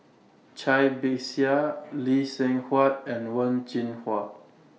Cai Bixia Lee Seng Huat and Wen Jinhua